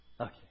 Okay